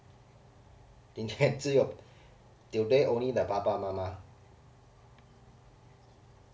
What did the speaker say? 今天只有 today only the 爸爸妈妈